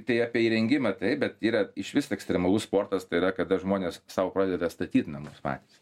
tai apie įrengimą taip bet yra išvis ekstremalus sportas tai yra kada žmonės sau pradeda statyt namus patys